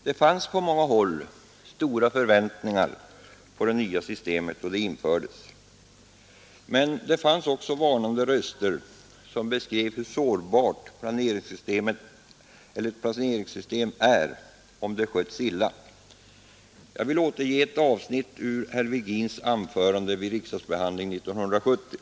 Det fanns på många håll stora förväntningar på det nya systemet, då det infördes, men det fanns också varnande röster som beskrev hur sårbara planeringssystem är, om de sköts illa. Jag vill här återge ett avsnitt ur herr Virgins anförande vid riksdagsbehandlingen 1970.